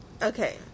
Okay